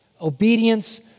Obedience